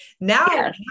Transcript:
Now